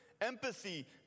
Empathy